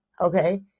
Okay